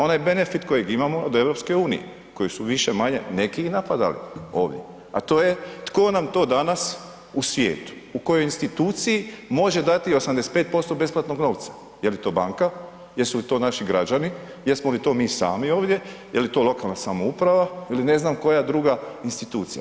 Onaj benefit kojeg imamo od EU-a, kojeg su više-manje neki i napadali ovdje a to je tko nam to danas u svijetu, u kojoj instituciji, može dati 85% besplatnog novca, je li to banka, jesu li to naši građani, jesmo li to mi sami ovdje, je li to lokalna samouprava ili ne znam koja druga institucija.